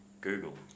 Google